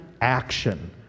action